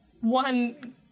one